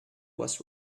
was